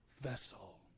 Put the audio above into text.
vessel